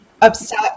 upset